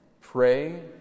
pray